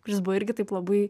kuris buvo irgi taip labai